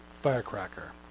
firecracker